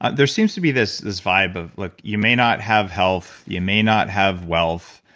ah there seems to be this this vibe of, look. you may not have health. you may not have wealth,